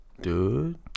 Dude